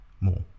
more